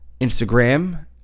Instagram